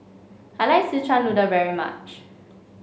I like Szechuan Noodle very much